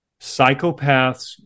Psychopaths